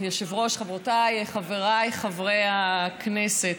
אדוני היושב-ראש, חברותיי, חבריי חברי הכנסת,